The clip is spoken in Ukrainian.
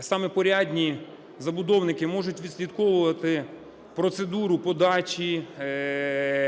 саме порядні забудовники можуть відслідковувати процедуру подачі,